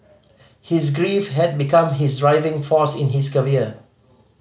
his grief had become his driving force in his career